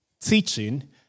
teaching